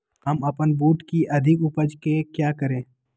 हम अपन बूट की अधिक उपज के क्या करे?